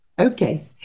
Okay